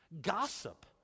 Gossip